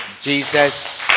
Jesus